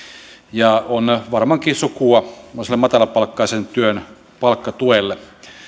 ja on varmaankin sukua tämmöiselle matalapalkkaisen työn palkkatuelle